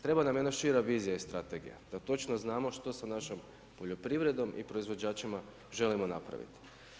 Treba nam jedna šira vizija i strategija da točno znamo što sa našom poljoprivredom i proizvođačima želimo napraviti.